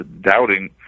doubting